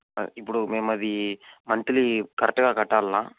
ఇప్పుడు మేము అది మంత్లీ కర్రెక్ట్గా కట్టాలా